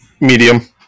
Medium